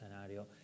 scenario